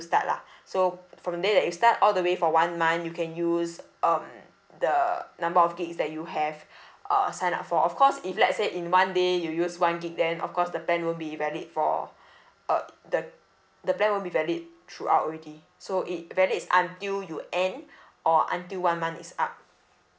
to start lah so from the day you start all the way for one month you can use um the number of gigs that you have uh sign up for of course if let's say in one day you use one gig then of course the plan won't be valid for uh the the plan won't be valid throughout already so it valid until you end or until one month is up